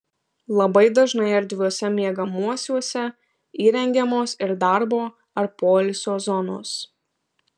labai dažnai erdviuose miegamuosiuose įrengiamos ir darbo ar poilsio zonos